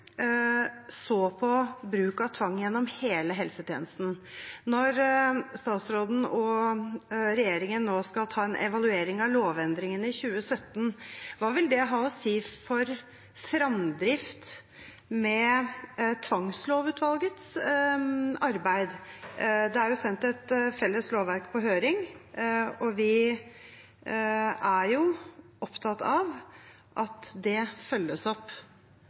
så på bruk av tvang gjennom hele helsetjenesten. Når statsråden og regjeringen nå skal ha en evaluering av lovendringene i 2017, hva vil det ha å si for fremdriften med tvangslovutvalgets arbeid? Det er sendt et felles lovverk på høring, og vi er opptatt av at det følges opp.